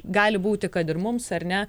gali būti kad ir mums ar ne